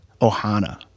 Ohana